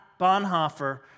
Bonhoeffer